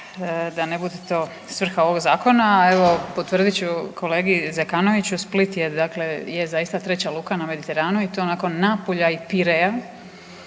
da ne bude to svrha ovog zakona. A evo potvrdit ću kolegi Zekanoviću Split je zaista treća luka na Mediteranu i to nakon Napulja i Pirea